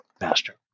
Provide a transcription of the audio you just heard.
Master